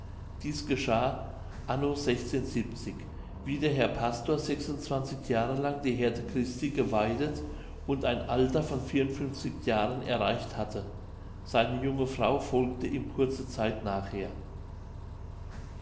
dieß geschah anno wie der herr pastor jahre lang die heerde christi geweidet und ein alter von jahren erreicht hatte seine junge frau folgte ihm kurze zeit nachher